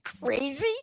crazy